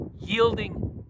Yielding